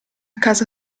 casa